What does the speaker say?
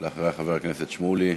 אחריה, חבר הכנסת שמולי,